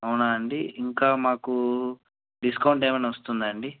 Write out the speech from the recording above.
అవునా అండి ఇంకా మాకు డిస్కౌంట్ ఏమైనా వస్తుందాండి